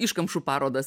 iškamšų parodas